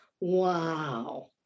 wow